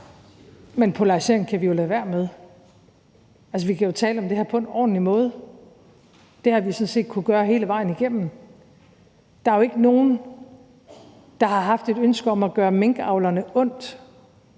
Men polarisering kan vi jo lade være med. Altså, vi kan jo tale om det her på en ordentlig måde. Det har vi sådan set kunnet gøre hele vejen igennem. Der er jo ikke nogen, der har haft et ønske om at gøre minkavlerne ondt.